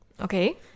Okay